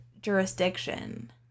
jurisdiction